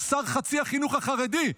שר חצי החינוך החרדי.